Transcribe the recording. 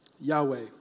Yahweh